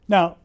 Now